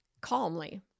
calmly